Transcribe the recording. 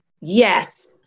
Yes